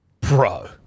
Bro